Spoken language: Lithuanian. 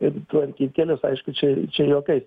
ir tvarkyt kelius aišku čia čia juokai